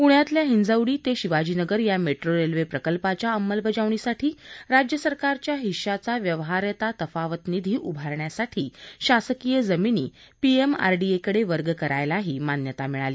प्रण्यातल्या हिजवडी ते शिवाजीनगर या metro railway प्रकल्पाच्या अंमलबजावणीसाठी राज्य सरकारच्या हिश्श्याचा व्यवहार्यता तफावत निधी उभारण्यासाठी शासकीय जमिनी पीएमआरडीएकडे वर्ग करायलाही मान्यता मिळाली